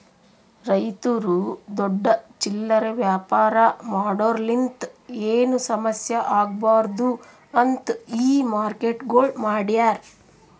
ರೈತುರು ದೊಡ್ಡ ಚಿಲ್ಲರೆ ವ್ಯಾಪಾರ ಮಾಡೋರಲಿಂತ್ ಏನು ಸಮಸ್ಯ ಆಗ್ಬಾರ್ದು ಅಂತ್ ಈ ಮಾರ್ಕೆಟ್ಗೊಳ್ ಮಾಡ್ಯಾರ್